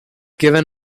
given